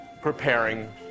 preparing